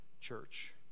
church